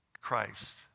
Christ